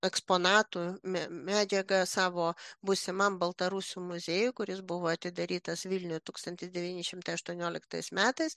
eksponatų me medžiagą savo būsimam baltarusių muziejuj kuris buvo atidarytas vilniuj tūkstantis devyni šimtai aštuonioliktais metais